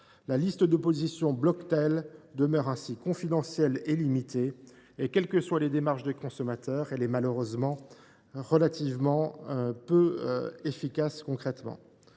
La liste d’opposition Bloctel demeure ainsi confidentielle et limitée. Quelles que soient les démarches des consommateurs, elle est malheureusement, dans les faits, peu efficace. Madame